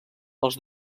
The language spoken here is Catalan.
els